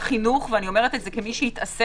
בחינוך ואני אומרת את זה כמי שהתעסק